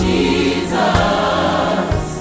Jesus